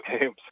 games